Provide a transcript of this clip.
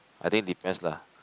I think depends lah